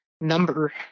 number